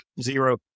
Zero